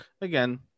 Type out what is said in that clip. again